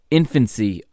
infancy